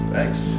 Thanks